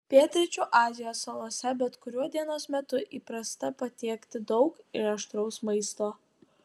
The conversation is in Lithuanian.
pietryčių azijos salose bet kuriuo dienos metu įprasta patiekti daug ir aštraus maisto